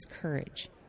courage